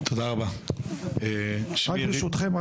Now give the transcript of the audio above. רק ברשותכם,